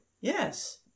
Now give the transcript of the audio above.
Yes